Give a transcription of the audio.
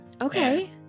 okay